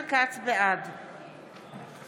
בעד